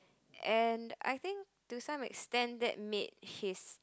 and I think to some extent that made his